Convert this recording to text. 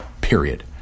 period